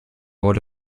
wurde